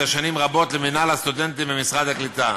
שנים רבות למינהל הסטודנטים במשרד העלייה והקליטה.